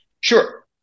Sure